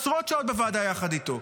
עשרות שעות בוועדה יחד איתו.